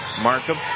Markham